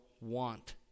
want